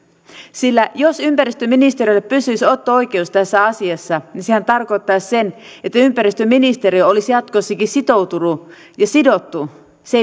sillä jos ympäristöministeriöllä pysyisi otto oikeus tässä asiassa sehän tarkoittaisi että ympäristöministeriö olisi jatkossakin sitoutunut ja sidottu se